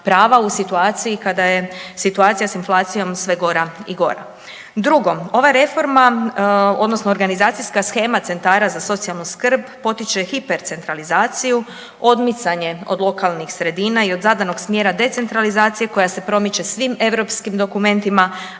u situaciji kada je situacija s inflacijom sve gora i gora. Drugo, ova reforma odnosno organizacijska shema centara za socijalnu skrb potiče hipercentralizaciju, odmicanje od lokalnih sredina i od zadanog smjera decentralizacije koja se promiče svim europskim dokumentima,